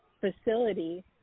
facility